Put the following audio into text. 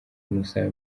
bimusaba